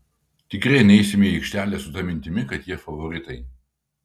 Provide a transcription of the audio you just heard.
tikrai neisime į aikštę su ta mintimi kad jie favoritai